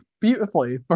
beautifully